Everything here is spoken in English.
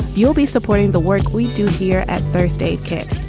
you'll be supporting the work we do here at first aid kit.